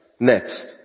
Next